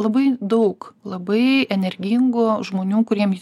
labai daug labai energingų žmonių kuriem